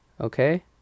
okay